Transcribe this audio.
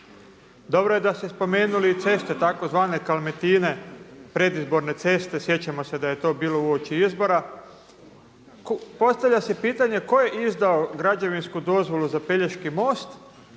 Dobro je da ste spomenuli ceste tzv. kalmetine predizborne ceste, sjećamo se da je to bilo uoči izbora. Postavlja se pitanje tko je izdao građevinsku dozvolu za Pelješki most